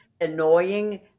annoying